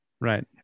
Right